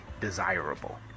desirable